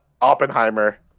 Oppenheimer